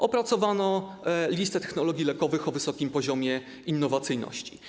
Opracowano listę technologii lekowych o wysokim poziomie innowacyjności.